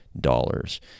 dollars